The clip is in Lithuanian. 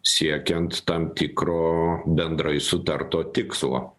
siekiant tam tikro bendrai sutarto tikslo